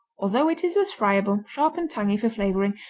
although it is as friable, sharp and tangy for flavoring,